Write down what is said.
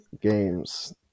games